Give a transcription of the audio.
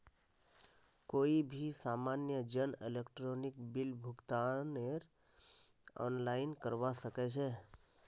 कोई भी सामान्य जन इलेक्ट्रॉनिक बिल भुगतानकेर आनलाइन करवा सके छै